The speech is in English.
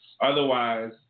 otherwise